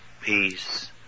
peace